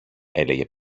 έλεγε